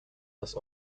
das